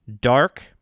dark